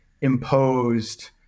imposed